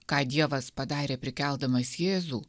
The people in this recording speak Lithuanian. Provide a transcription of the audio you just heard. ką dievas padarė prikeldamas jėzų